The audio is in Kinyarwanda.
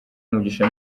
umugisha